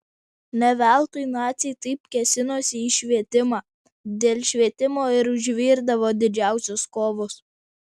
ne veltui naciai taip kėsinosi į švietimą dėl švietimo ir užvirdavo didžiausios kovos